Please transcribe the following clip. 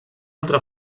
altra